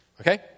Okay